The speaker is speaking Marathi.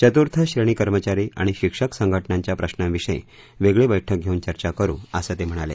चतुर्थश्रेणी कर्मचारी आणि शिक्षक संघटनांच्या प्रश्नांविषयी वेगळी बैठक घेऊन चर्चा करु असं ते म्हणाले